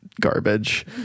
garbage